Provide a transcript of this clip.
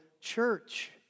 church